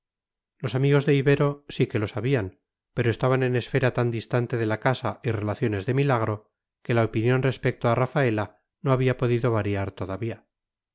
los amigos de ibero sí que lo sabían pero estaban en esfera tan distante de la casa y relaciones de milagro que la opinión respecto a rafaela no había podido variar todavía